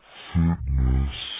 fitness